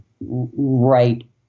right